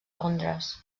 londres